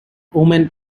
woman